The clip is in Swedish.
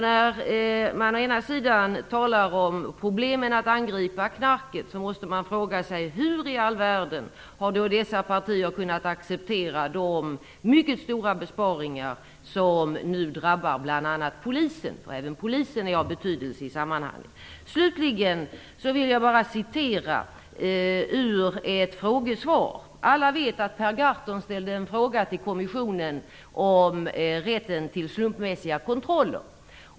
När man å ena sidan talar om problemet att angripa knarket måste man fråga sig hur i all världen dessa partier har kunnat acceptera de mycket stora besparingar som nu drabbar bl.a. polisen - även polisen är av betydelse i sammanhanget. Slutligen vill jag bara ta upp ett frågesvar. Alla vet att Per Gahrton ställde en fråga till kommissionen om rätten till slumpmässiga kontroller.